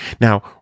Now